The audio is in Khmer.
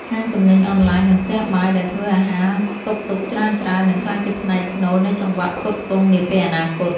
ហាងទំនិញអនឡាញ និងផ្ទះបាយដែលធ្វើអាហារស្តុកទុកច្រើនៗ នឹងក្លាយជាផ្នែកស្នូលនៃចង្វាក់ផ្គត់ផ្គង់នាពេលអនាគត។